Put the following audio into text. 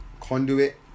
conduit